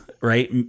right